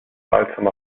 palcem